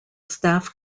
staff